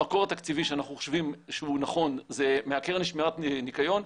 המקור התקציבי שאנחנו חושבים שהוא נכון זה מהקרן לשמירת ניקיון,